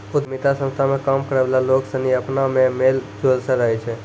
उद्यमिता संस्था मे काम करै वाला लोग सनी अपना मे मेल जोल से रहै छै